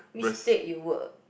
which state you work